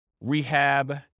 rehab